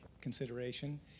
consideration